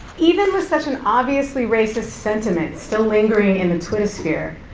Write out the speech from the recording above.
even with such an obviously racist sentiment still lingering in the twittersphere,